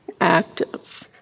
active